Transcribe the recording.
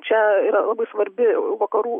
čia yra labai svarbi vakarų